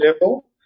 level